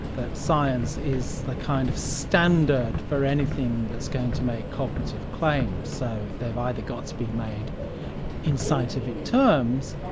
that science is the kind of standard for anything that's going to make cognitive claims. so they've either got to be made in scientific terms,